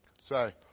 say